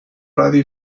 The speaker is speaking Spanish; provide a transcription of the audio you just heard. radio